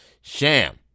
Sham